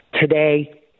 today